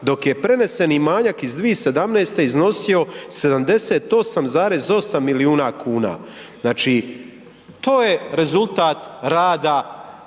dok je preneseni manjak iz 2017. iznosio 78,8 milijuna kuna. Znači to je rezultat ljudi